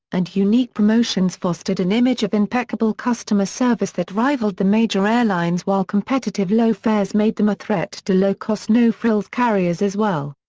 and unique promotions fostered an image of impeccable customer service that rivaled the major airlines while competitive competitive low fares made them a threat to low-cost no-frills carriers as well.